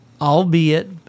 albeit